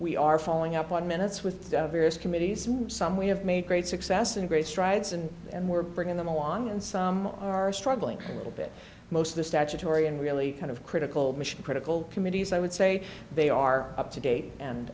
we are following up on minutes with various committees some we have made great success and great strides in and we're bringing them on and some are struggling a little bit most of the statutory and really kind of critical mission critical committees i would say they are up to date and